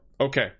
Okay